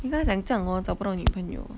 你跟他讲这样 hor 找不到女朋友